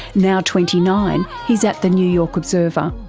now twenty nine, he's at the new york observer.